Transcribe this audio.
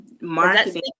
Marketing